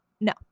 no